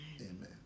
Amen